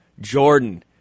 Jordan